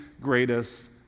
greatest